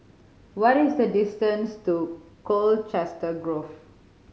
what is the distance to Colchester Grove